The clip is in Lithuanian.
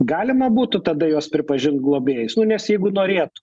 galima būtų tada juos pripažint globėjais nu nes jeigu norėtų